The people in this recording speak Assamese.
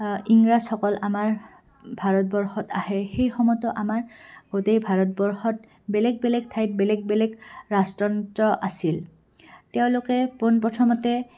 ইংৰাজসকল আমাৰ ভাৰতবৰ্ষত আহে সেই সময়তো আমাৰ গোটেই ভাৰতবৰ্ষত বেলেগ বেলেগ ঠাইত বেলেগ বেলেগ ৰাজতন্ত্ৰ আছিল তেওঁলোকে পোনপ্ৰথমতে